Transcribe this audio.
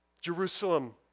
Jerusalem